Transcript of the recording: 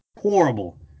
horrible